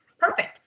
Perfect